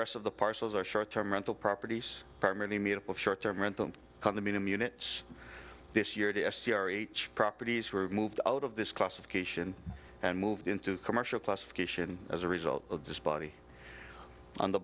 rest of the parcels are short term rental properties partly made up of short term rental condominium units this year d s c r eight properties were moved out of this classification and moved into commercial classification as a result of this body on the